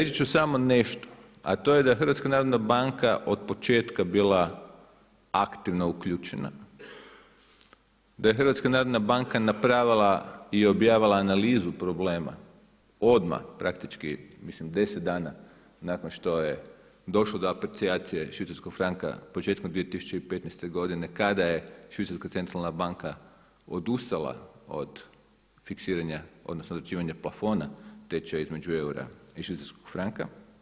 Reći ću samo nešto, a to je da HNB od početka je bila aktivno uključena, da je HNB napravila i objavila analizu problema odmah praktički, mislim 10 dana nakon što je došlo do aprecijacije švicarskog franka početkom 2015. godine kada je švicarska centralna banka odustala od fiksiranja odnosno … plafona tečaja između eura i švicarskog franka.